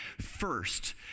First